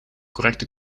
correcte